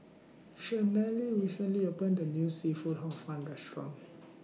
Chanelle recently opened A New Seafood Hor Fun Restaurant